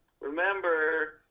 remember